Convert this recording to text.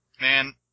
Man